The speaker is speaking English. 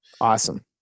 Awesome